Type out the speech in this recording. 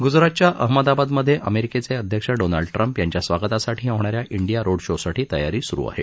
गूजरातच्या अहमदाबादमध्ये अमेरिकेचे अध्यक्ष डोनाल्ड ट्रम्प यांच्या स्वागतासाठी होणाऱ्या डिया रोडशो साठी तयारी सुरु आहे